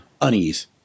unease